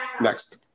Next